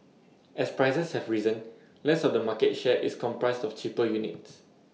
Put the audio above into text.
as prices have risen less of the market share is comprised of cheaper units